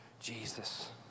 Jesus